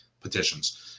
petitions